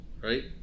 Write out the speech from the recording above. right